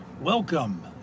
Welcome